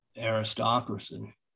aristocracy